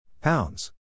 Pounds